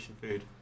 food